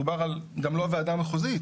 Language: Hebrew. מדובר עם לא על ועדה מחוזית,